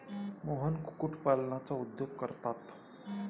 मोहन कुक्कुटपालनाचा उद्योग करतात